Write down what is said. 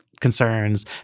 concerns